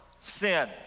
sin